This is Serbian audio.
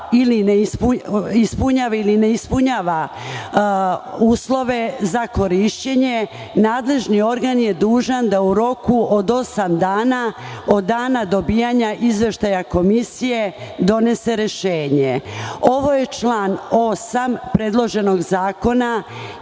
ili ne ispunjava uslove za korišćenje, nadležni organ je dužan da u roku od osam dana od dana dobijanja izveštaja komisije donese rešenje. Ovo je član 8. predloženog zakona.